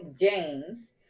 James